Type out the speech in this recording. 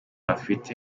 bafite